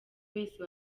wese